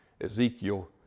Ezekiel